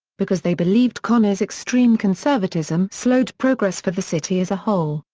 because they believed connor's extreme conservatism slowed progress for the city as a whole,